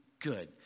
Good